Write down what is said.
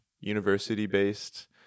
university-based